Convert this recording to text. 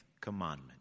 commandment